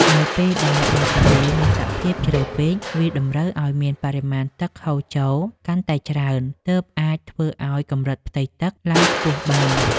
នៅពេលដែលបាតទន្លេមានសភាពជ្រៅពេកវាតម្រូវឱ្យមានបរិមាណទឹកហូរចូលកាន់តែច្រើនទើបអាចធ្វើឱ្យកម្រិតផ្ទៃទឹកឡើងខ្ពស់បាន។